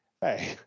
hey